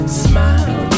smile